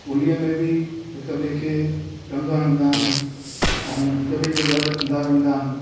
होलीअ में बि हिकु ॿे खे रंग हणंदा अन अऊं हिकु ॿे जे घरु ईंदा वेंदा आहिनि